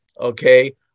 Okay